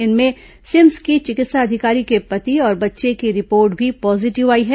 इनमें सिम्स की चिकित्सा अधिकारी के पति और बच्चे की रिपार्ट भी पॉजिटिव आई है